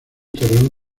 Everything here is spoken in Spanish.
torreón